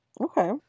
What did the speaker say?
Okay